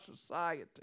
society